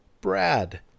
Brad